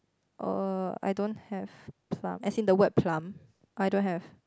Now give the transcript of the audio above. oh I don't have plum as in the word plum I don't have